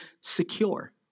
secure